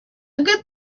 good